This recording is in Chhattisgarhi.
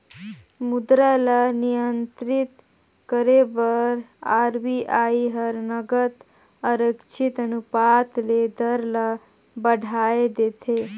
मुद्रा ल नियंत्रित करे बर आर.बी.आई हर नगद आरक्छित अनुपात ले दर ल बढ़ाए देथे